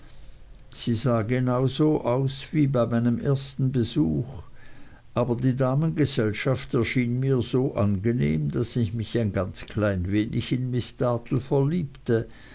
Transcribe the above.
sie sah genau so aus wie bei meinem ersten besuch aber die damengesellschaft erschien mir so angenehm daß ich mich ein ganz klein wenig in miß dartle verliebte